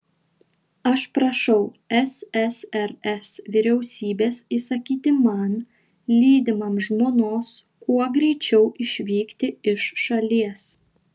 aš prašau ssrs vyriausybės įsakyti man lydimam žmonos kuo greičiau išvykti iš šalies